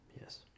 Yes